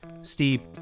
Steve